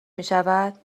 میشود